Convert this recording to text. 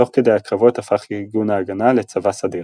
תוך כדי הקרבות הפך ארגון "ההגנה" לצבא סדיר.